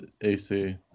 AC